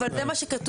אבל זה מה שכתוב.